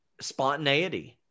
spontaneity